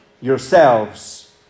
yourselves